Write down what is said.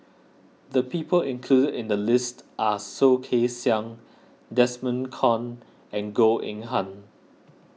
the people included in the list are Soh Kay Siang Desmond Kon and Goh Eng Han